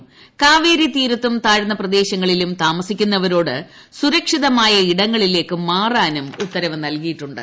ക്രാപ്പേരി തീരത്തും താഴ്ന്ന പ്രദേശങ്ങളിലും താമസിക്കുന്നുവ്രോട് സുരക്ഷിതമായ ഇടങ്ങളിലേക്ക് മാറാനും ഉത്തരവ് നൽകിയിട്ടുണ്ട്